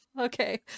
Okay